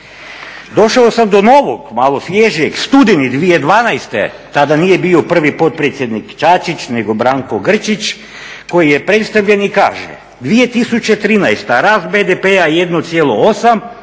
Došao sam do novog malo svježijeg, studeni 2012. Tada nije bio prvi potpredsjednik Čačić, nego Branko Grčić koji je predstavljen i kaže: "2013. rast BDP-a 1,8"